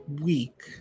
week